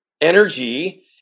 energy